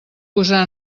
posar